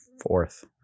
fourth